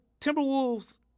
Timberwolves